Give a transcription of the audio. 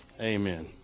Amen